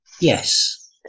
Yes